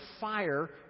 fire